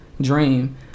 dream